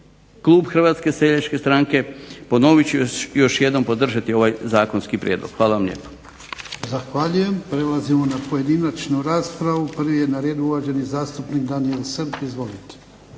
klub Hrvatske seljačke stranke ponovit ću još jednom podržati ovaj zakonski prijedlog. Hvala vam lijepa.